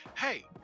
hey